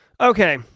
Okay